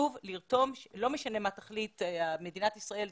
לא משנה מה תחליט מדינת ישראל,